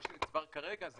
מה שנצבר כרגע,